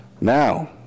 Now